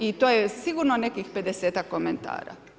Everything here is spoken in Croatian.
I to je sigurno nekih 50-tak komentara.